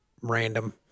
random